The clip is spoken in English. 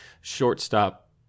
shortstop